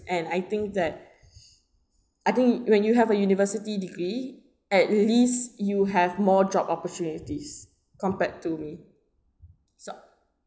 and I think that I think when you have a university degree at least you have more job opportunities compared to me so